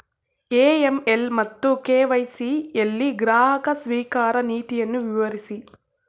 AML ಮತ್ತು KYC ಯಲ್ಲಿ ಗ್ರಾಹಕ ಸ್ವೀಕಾರ ನೀತಿಯನ್ನು ವಿವರಿಸಿ?